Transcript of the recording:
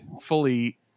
fully